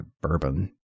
bourbon